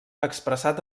expressat